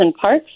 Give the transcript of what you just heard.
parks